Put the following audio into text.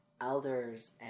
elders